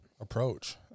approach